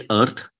Earth